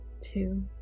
two